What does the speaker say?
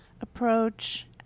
approach